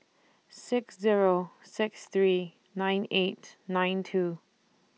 six Zero six three nine eight nine two